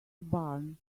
barn